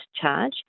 charge